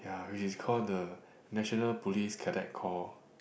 ya which is call the National Police Cadet Corp